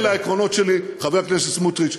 אלה העקרונות שלי, חבר הכנסת סמוטריץ.